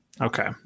Okay